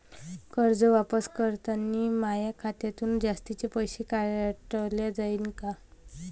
कर्ज वापस करतांनी माया खात्यातून जास्तीचे पैसे काटल्या जाईन का?